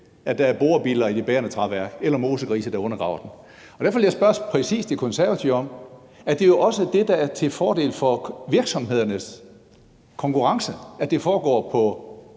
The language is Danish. at der er borebiller i det bærende træværk eller mosegrise, der undergraver den model. Og derfor vil jeg spørge De Konservative, om det ikke også præcis er det, der er til fordel for virksomhedernes konkurrence, nemlig at det foregår på